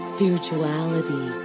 Spirituality